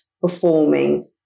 performing